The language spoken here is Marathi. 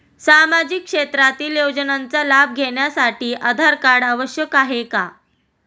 सामाजिक क्षेत्रातील योजनांचा लाभ घेण्यासाठी आधार कार्ड आवश्यक आहे का?